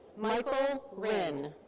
michael rynn.